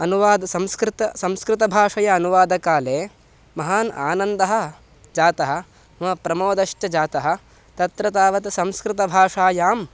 अनुवादः संस्कृते संस्कृतभाषया अनुवादकाले महान् आनन्दः जातः मम प्रमोदश्च जातः तत्र तावत् संस्कृतभाषायां